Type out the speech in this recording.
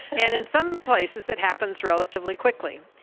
and in some places it happens relatively quickly.